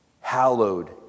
Hallowed